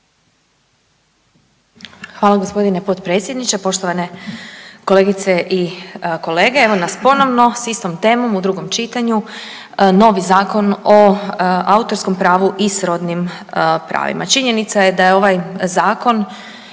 Hvala gospodine potpredsjedniče, poštovane kolegice i kolege. Evo nas ponovno s istom temom u drugom čitanju novi Zakon o autorskom pravu i srodnim pravima. Činjenica je da ovaj Zakon